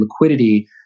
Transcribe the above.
liquidity